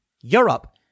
Europe